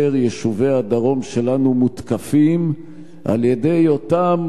כאשר יישובי הדרום שלנו מותקפים על-ידי אותם